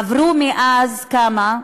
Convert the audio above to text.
עברו מאז, כמה?